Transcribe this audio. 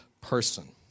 person